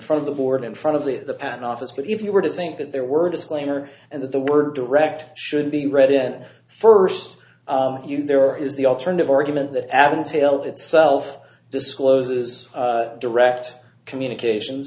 front of the board in front of the patent office but if you were to think that there were a disclaimer and that the word direct should be read in first you there is the alternative argument that adding tail itself discloses direct communication